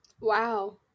wow